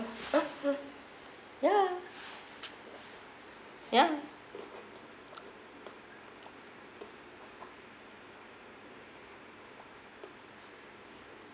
ya ya